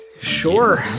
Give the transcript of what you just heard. Sure